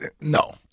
No